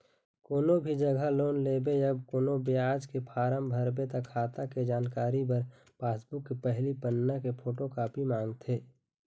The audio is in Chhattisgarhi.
कोनो भी जघा लोन लेबे या कोनो योजना के फारम भरबे त खाता के जानकारी बर पासबूक के पहिली पन्ना के फोटोकापी मांगथे